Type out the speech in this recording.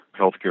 healthcare